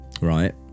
right